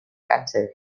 cancer